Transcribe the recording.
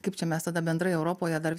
kaip čia mes tada bendrai europoje dar